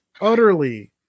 utterly